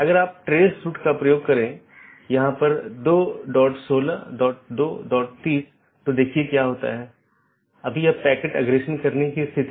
यह पूरे मेश की आवश्यकता को हटा देता है और प्रबंधन क्षमता को कम कर देता है